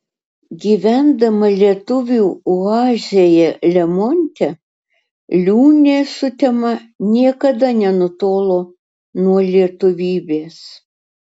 gyvendama lietuvių oazėje lemonte liūnė sutema niekada nenutolo nuo lietuvybės